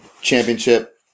championship